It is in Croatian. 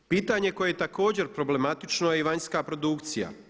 Pitanje koje je također problematično je vanjska produkcija.